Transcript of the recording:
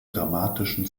dramatischen